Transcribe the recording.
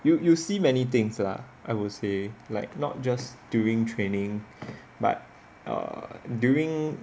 you you'll see many things lah I would say like not just during training but err during